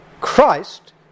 Christ